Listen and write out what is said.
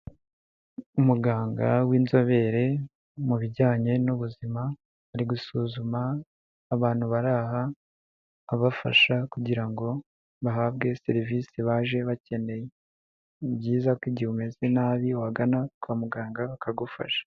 Umuganga w'inzobere mu bijyanye n'ubuzima ari gusuzuma abantu bari aha abafasha kugira ngo bahabwe serivisi baje bakeneye. Ni byiza ko igihe umeze nabi wagana kwa muganga bakagufasha.